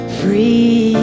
free